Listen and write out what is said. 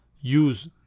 use